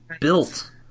built